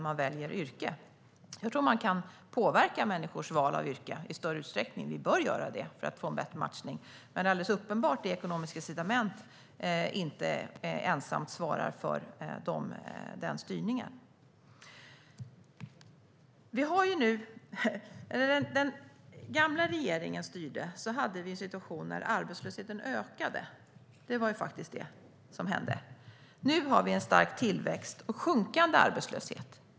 Jag tror dock att vi bör påverka människors val av yrke i större utsträckning för att få en bättre matchning. Men alldeles uppenbart är att ekonomiska incitament inte ensamt svarar för denna styrning. När den gamla regeringen styrde ökade arbetslösheten. Nu har vi en stark tillväxt och sjunkande arbetslöshet.